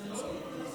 זה לא להפסיק לבדוק,